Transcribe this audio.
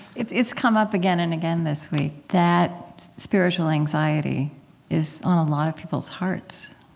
it's it's come up again and again this week that spiritual anxiety is on a lot of people's hearts.